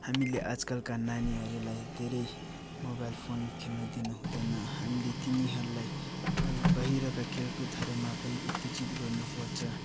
हामीले आजकलका नानीहरूलाई धेरै मोबाइल फोन खेल्न दिन हुँदैन हामीले तिनीहरूलाई अरू बाहिरका खेलकुदहरूमा पनि उत्तेजित गर्नुपर्छ